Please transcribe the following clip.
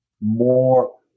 more